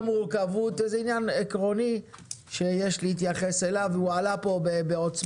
מורכבות וזה עניין עקרוני שיש להתייחס אליו והוא עלה כאן בעוצמה.